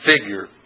figure